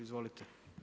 Izvolite.